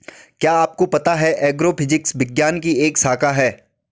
क्या आपको पता है एग्रोफिजिक्स विज्ञान की एक शाखा है?